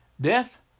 death